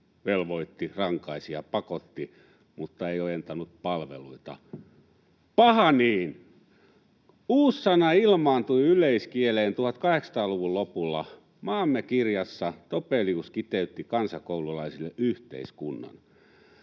velvoitti, rankaisi ja pakotti mutta ei ojentanut palveluita — paha niin. Uussana ilmaantui yleiskieleen 1800-luvun lopulla. ”Maamme kirjassa” Topelius kiteytti kansakoululaisille yhteiskunnan: